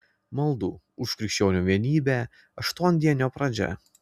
maldų už krikščionių vienybę aštuondienio pradžia